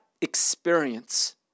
experience